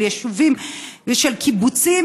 של יישובים ושל קיבוצים,